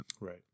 Right